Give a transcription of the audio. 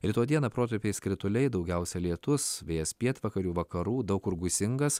rytoj dieną protarpiais krituliai daugiausia lietus vėjas pietvakarių vakarų daug kur gūsingas